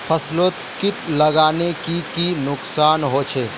फसलोत किट लगाले की की नुकसान होचए?